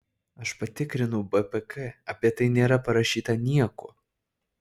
aš patikrinau bpk apie tai nėra parašyta nieko